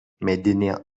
medinė